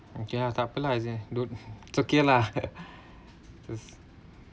okay ah tak apa lah it's in good it's okay lah just